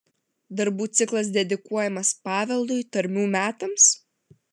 darbų ciklas dedikuojamas paveldui tarmių metams